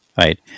right